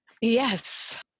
Yes